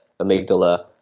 amygdala